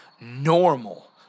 normal